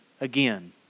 again